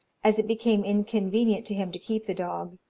as it became inconvenient to him to keep the dog,